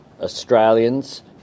Australians